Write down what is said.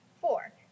Four